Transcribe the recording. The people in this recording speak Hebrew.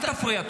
אל תפריע.